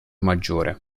maggiore